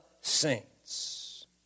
saints